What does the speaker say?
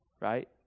right